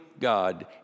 God